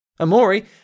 Amori